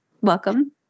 Welcome